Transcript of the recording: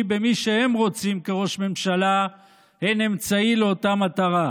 במי שהם רוצים כראש ממשלה הם אמצעי לאותה מטרה,